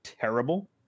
terrible